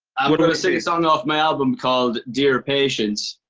i'm gonna gonna sing a song off my album, called dear patience.